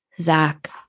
Zach